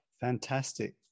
Fantastic